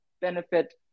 benefit